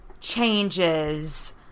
changes